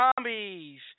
zombies